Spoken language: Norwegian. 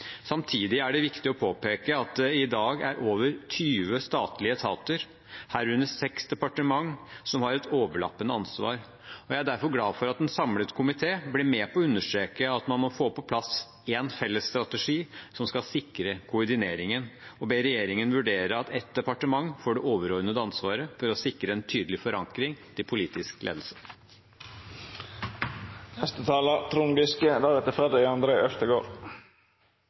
Samtidig er det viktig å påpeke at det i dag er over 20 statlige etater, herunder seks departementer, som har et overlappende ansvar. Jeg er derfor glad for at en samlet komité ble med på å understreke at man må få på plass én felles strategi som skal sikre koordineringen, og at man ber regjeringen vurdere at ett departement får det overordnede ansvaret for å sikre en tydelig forankring i politisk